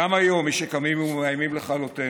גם היום יש מי שקמים ומאיימים לכלותנו.